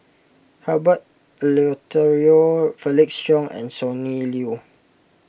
Herbert Eleuterio Felix Cheong and Sonny Liew